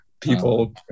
people